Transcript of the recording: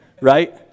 Right